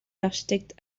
architectes